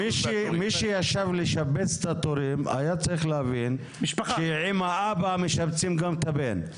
מי שישב לשבץ את התורים היה צריך להבין שעם האבא משבצים גם את הבן,